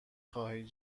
خواهی